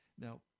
Now